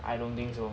I don't think so